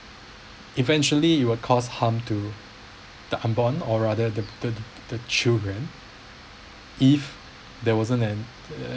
eventually you will cause harm to the unborn or rather the the the children if there wasn't an